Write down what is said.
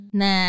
na